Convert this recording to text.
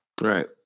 Right